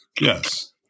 Yes